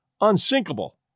unsinkable